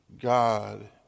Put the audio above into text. God